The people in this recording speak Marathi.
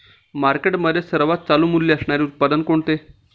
मार्केटमध्ये सर्वात चालू मूल्य मिळणारे उत्पादन कोणते?